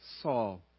Saul